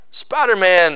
Spider-Man